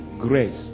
grace